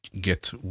get